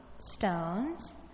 Stones